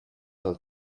will